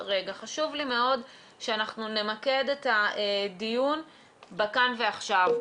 חשוב לי מאוד שנמקד את הדיון בכאן ועכשיו,